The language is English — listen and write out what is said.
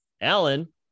Alan